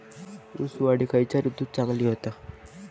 ऊस वाढ ही खयच्या ऋतूत चांगली होता?